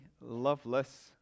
loveless